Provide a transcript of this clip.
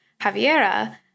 Javiera